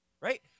Right